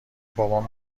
بابام